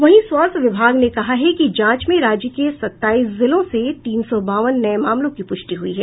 वहीं स्वास्थ्य विभाग ने कहा है कि जांच में राज्य के सताईस जिलों से तीन सौ बावन नये मामलों की पुष्टि हुई है